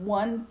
one